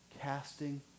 Casting